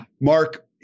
Mark